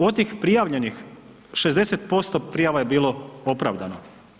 Od tih prijavljenih, 60% prijava je bilo opravdano.